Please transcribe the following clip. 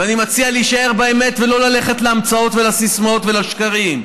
ואני מציע להישאר באמת ולא ללכת להמצאות ולסיסמאות ולשקרים.